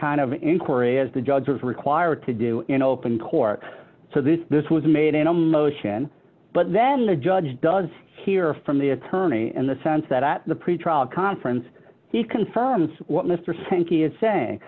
kind of an inquiry as the judge was required to do in open court so this this was made in a motion but then the judge does hear from the attorney and the sense that the pretrial conference he confirms what mr sankey is saying